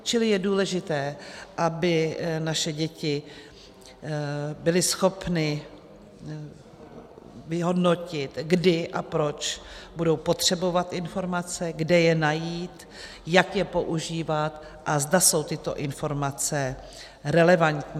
Čili je důležité, aby naše děti byly schopny vyhodnotit, kdy a proč budou potřebovat informace, kde je najít, jak je používat a zda jsou tyto informace relevantní.